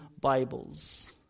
Bibles